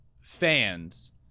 fans